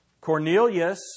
Cornelius